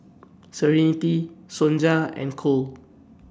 Serenity Sonja and Cole